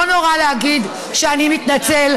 לא נורא להגיד: אני מתנצל,